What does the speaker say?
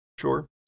Sure